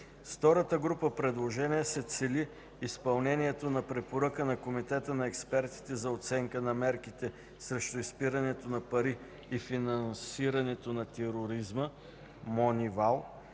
втората група предложения се цели изпълнението на препоръка на Комитета на експертите за оценка на мерките срещу изпирането на пари и финансирането на тероризма (МОНИВАЛ)